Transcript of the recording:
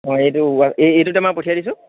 অঁ এইটো এইটোতে মই পঠিয়াই দিছোঁ